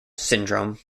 syndrome